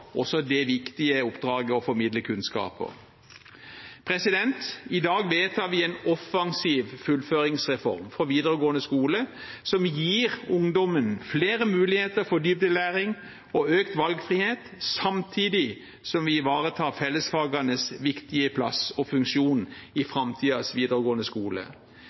også det viktige oppdraget å formidle kunnskap. I dag vedtar vi en offensiv fullføringsreform for videregående skole som gir ungdommen flere muligheter for dybdelæring og økt valgfrihet, samtidig som vi ivaretar fellesfagenes viktige plass og funksjon i framtidens videregående skole.